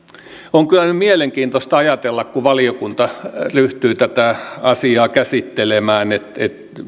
on kyllä nyt mielenkiintoista ajatella kun valiokunta ryhtyy tätä asiaa käsittelemään